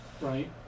right